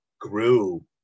grew